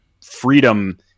freedom